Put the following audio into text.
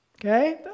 Okay